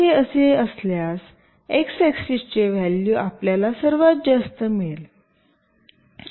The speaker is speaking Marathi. तर हे असे असल्यास एक्स ऍक्सेस चे व्हॅल्यू आपल्याला सर्वात जास्त मिळेल